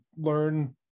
learn